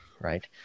right